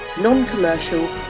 Non-Commercial